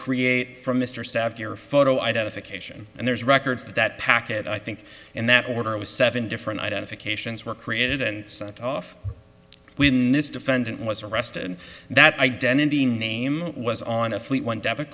create from mr saft your photo identification and there's records that that packet i think in that order was seven different identifications were created and sent off with this defendant was arrested and that identity name was on a fleet one debit